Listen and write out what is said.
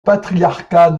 patriarcat